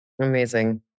Amazing